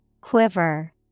Quiver